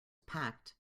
packed